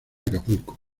acapulco